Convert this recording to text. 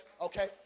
okay